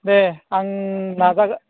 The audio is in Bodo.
दे आं नाजागोन